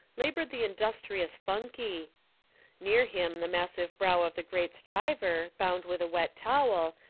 laboured the industrious phun key near him the massive brow of the great stryver, bound with a wet towel,